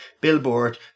billboard